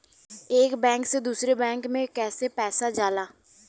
एक बैंक से दूसरे बैंक में कैसे पैसा जाला?